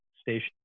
station